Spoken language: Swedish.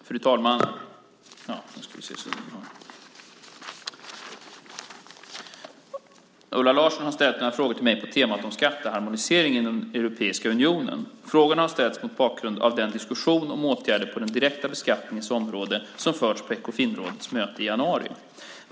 Fru talman! Ulla Andersson har ställt några frågor till mig på temat skatteharmonisering inom den europeiska unionen. Frågorna har ställts mot bakgrund av den diskussion om åtgärder på den direkta beskattningens område som förts på Ekofinrådets möte i januari.